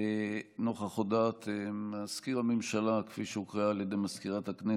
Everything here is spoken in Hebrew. נוכח הודעת מזכיר הממשלה כפי שהוקראה על ידי מזכירת הכנסת,